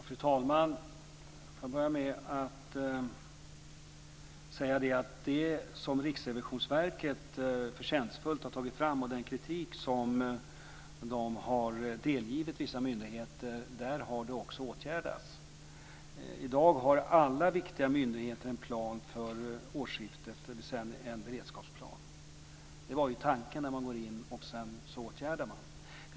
Fru talman! Jag vill börja med att säga att det som Riksrevisionsverket förtjänstfullt har tagit fram och den kritik man delgivit vissa myndigheter också har lett till åtgärder. I dag har alla viktiga myndigheter en plan för årsskiftet, dvs. en beredskapsplan. Tanken med att gå in är att man sedan åtgärdar.